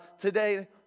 today